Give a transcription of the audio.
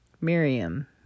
Miriam